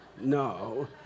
no